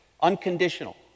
Unconditional